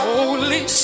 Holy